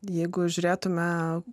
jeigu žiūrėtume atgal